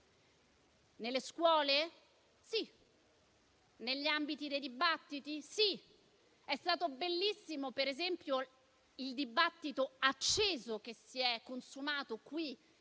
Nelle scuole? Sì. Negli ambiti dei dibattiti? Sì. È stato bellissimo, per esempio, il dibattito acceso che si è consumato in